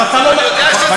אני יודע שזה